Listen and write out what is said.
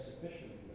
sufficiently